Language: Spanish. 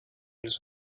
los